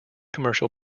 commercial